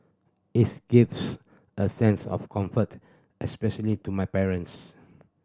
its gives a sense of comfort especially to my parents